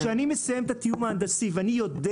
כשאני מסיים את התיאום ההנדסי, ואני יודע